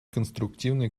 конструктивные